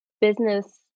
business